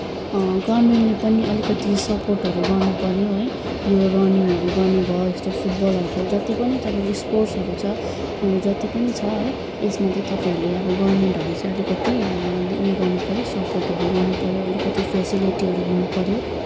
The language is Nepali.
गभर्मेन्टले पनि अलिकति सपोर्टहरू गर्नुपऱ्यो है यो रनिङहरू गर्ने भयो यस्तो फुटबलहरूको जति पनि तपाईँको स्पोर्टसहरू छ जति पनि छ है यसमा चाहिँ तपाईँहरूले अब गभर्मेन्टहरूले अलिकति उयो गर्नुपऱ्यो सपोर्टहरू गर्नुपऱ्यो अलिकति फ्यालिटीहरू हुनुपऱ्यो